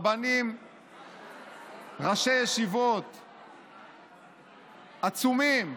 ראשי ישיבות עצומים,